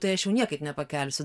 tai aš jau niekaip nepakelsiu